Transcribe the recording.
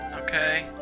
Okay